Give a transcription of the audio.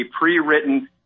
pre-written